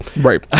Right